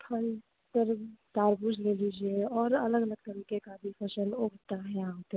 फल सर दाल बुज ले लीजिए और अलग अलग तरीक़े की भी फ़सल उगती है यहाँ पर